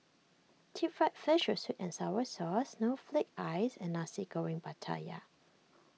Deep Fried Fish with Sweet and Sour Sauce Snowflake Ice and Nasi Goreng Pattaya